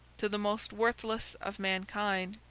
to the most worthless of mankind.